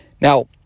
Now